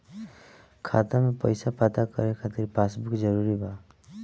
खाता में पईसा पता करे के खातिर पासबुक जरूरी बा?